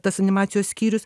tas animacijos skyrius